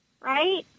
right